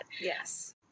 Yes